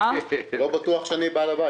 לא בטוח שאני בעל הבית.